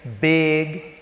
big